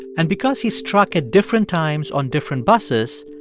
and because he struck at different times on different buses,